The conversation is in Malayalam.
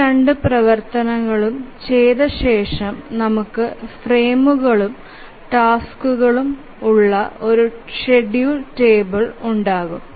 ഈ രണ്ട് പ്രവർത്തനങ്ങളും ചെയ്ത ശേഷം നമുക്ക് ഫ്രെയിമുകളും ടാസ്ക്കുകളും ഉള്ള ഷെഡ്യൂൾ ടേബിൾ ഉണ്ടാകും